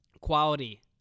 quality